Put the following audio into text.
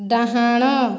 ଡାହାଣ